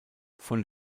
von